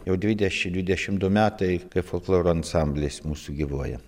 jau dvidešim dvidešim du metai kaip folkloro ansamblis mūsų gyvuoja